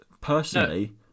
Personally